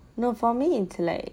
no for me is like